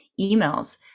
emails